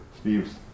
Steve's